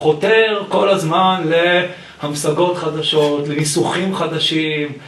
חותר כל הזמן להמשגות חדשות, לניסוחים חדשים.